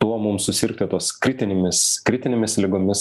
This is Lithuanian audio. tuo mums susirgti tos kritinėmis kritinėmis ligomis